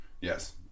Yes